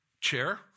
chair